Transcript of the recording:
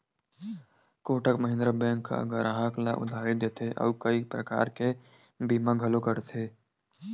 Kotak Mahindra bank ह गराहक ल उधारी देथे अउ कइ परकार के बीमा घलो करथे